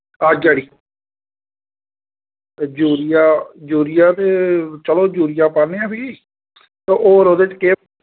हां जड़ी ते जूरिया जूरिया ते चलो जूरिया पान्ने आं फ्ही ते होर ओह्दे च केह्